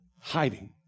hiding